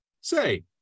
Say